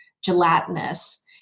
gelatinous